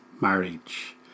marriage